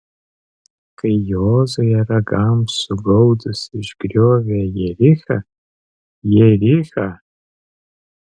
kai jozuė ragams sugaudus išgriovė jerichą jerichą